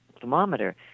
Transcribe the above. thermometer